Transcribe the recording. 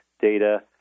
data